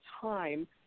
time